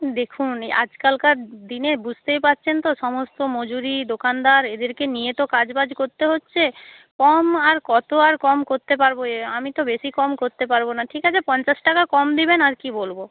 দেখুন আজকালকার দিনে বুঝতেই পারছেন তো সমস্ত মজুরি দোকানদার এদেরকে নিয়ে তো কাজ বাজ করতে হচ্ছে কম আর কত আর কম করতে পারব এ আমি তো বেশি কম করতে পারব না ঠিক আছে পঞ্চাশ টাকা কম দেবেন আর কী বলব